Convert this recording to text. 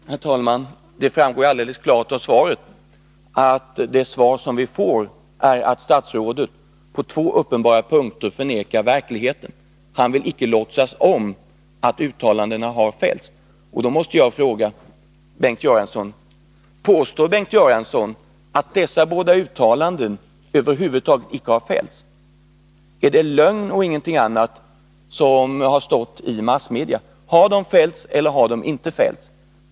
Herr talman! Det framgår alldeles klart av svaret att statsrådet på två uppenbara punkter förnekar verkligheten. Han vill icke låtsas om att uttalandena har fällts. Då måste jag direkt fråga: Menar Bengt Göransson att dessa båda uttalanden över huvud taget icke har fällts? Är det lögn och ingenting annat som har presenterats i massmedia? Har uttalandena fällts eller har de inte fällts?